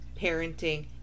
parenting